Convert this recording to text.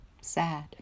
sad